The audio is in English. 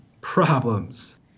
problems